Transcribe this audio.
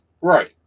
right